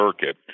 Circuit